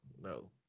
no